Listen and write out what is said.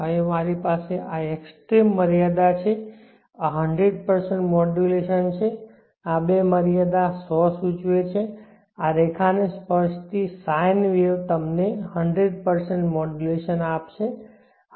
હવે મારી પાસે આ એક્સટ્રૅમમર્યાદા છે આ 100 મોડ્યુલેશન છે આ બે મર્યાદા 100 સૂચવે છે આ રેખા ને સ્પર્શતી sine તમને 100 મોડ્યુલેશન આપશે